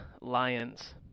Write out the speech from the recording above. Lions